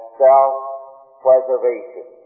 self-preservation